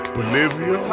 Bolivia